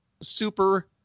super